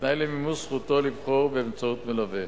כתנאי למימוש זכותו לבחור באמצעות מלווה.